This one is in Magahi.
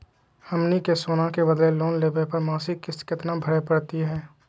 हमनी के सोना के बदले लोन लेवे पर मासिक किस्त केतना भरै परतही हे?